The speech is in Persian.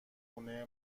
خونه